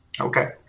Okay